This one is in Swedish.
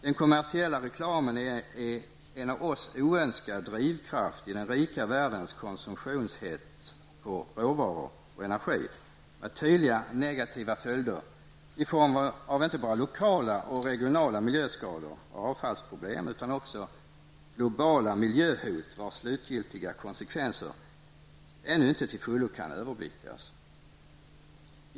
Den kommersiella reklamen är en av oss oönskad drivkraft i den rika världens konsumtionshets på råvaror och energi med tydliga negativa följder i form av inte bara lokala och regionala miljöskador och avfallsproblem utan också globala miljöhot, vars slutgiltiga konsekvenser ännu inte till fullo kan överblickas.